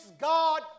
God